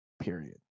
period